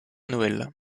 noël